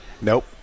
Nope